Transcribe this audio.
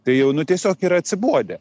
tai jau nu tiesiog yra atsibodę